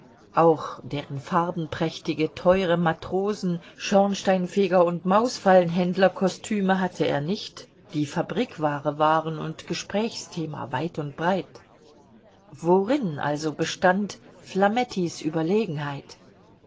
auch deren farbenprächtige teure matrosen schornsteinfeger und mausfallenhändler kostüme hatte er nicht die fabrikware waren und gesprächsthema weit und breit worin also bestand flamettis überlegenheit